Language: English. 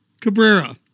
Cabrera